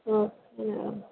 okay madam